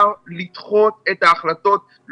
הנהגת ההורים נלחמה,